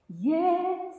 Yes